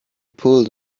pulled